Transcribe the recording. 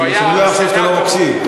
שאני לא אחשוב שאתה לא מקשיב.